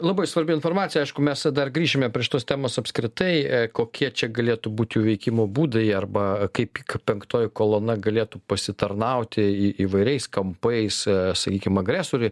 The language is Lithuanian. labai svarbi informacija aišku mes dar grįšime prie šitos temos apskritai kokie čia galėtų būt jų veikimo būdai arba kaip penktoji kolona galėtų pasitarnauti į įvairiais kampais sakykim agresoriui